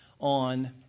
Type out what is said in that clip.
on